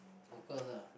of course ah